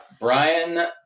Brian